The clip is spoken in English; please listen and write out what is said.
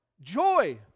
Joy